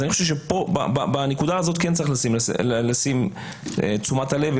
אז אני חושב שעל הנקודה הזאת כן צריך לשים את תשומת הלב,